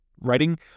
writing